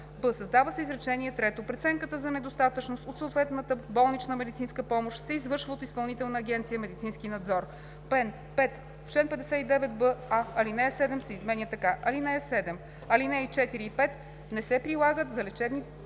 създава се изречение трето: „Преценката за недостатъчност от съответната болнична медицинска помощ се извършва от Изпълнителна агенция „Медицински надзор“. 5. В чл. 59б: а) алинея 7 се изменя така: „(7) Алинеи 4 и 5 не се прилагат за лечебни